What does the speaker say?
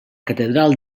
catedral